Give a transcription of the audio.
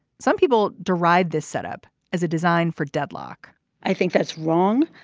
some people deride this setup as a design for deadlock i think that's wrong.